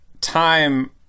time